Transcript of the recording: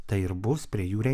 tai ir bus prie jų re